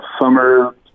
summer